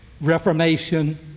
reformation